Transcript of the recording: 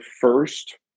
first